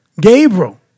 Gabriel